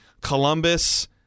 Columbus